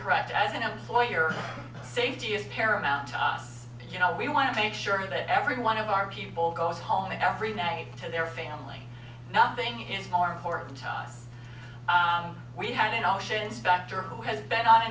correct as an employer safety is paramount to us we want to make sure that every one of our people goes home every night to their family nothing is more important to us we have had an osha inspector who has been on a